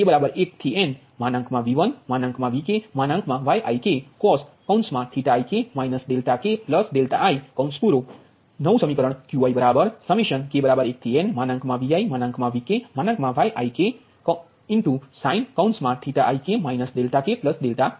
Pik1nViVkYikcos ik ki Qik1nViVkYiksin ik ki તેથી આ તમારું સમીકરણ 16 છે અને n 3 છે કારણ કે બસ 2 એ તમારી PV બસ છે